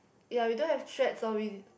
ya we don't have threats or we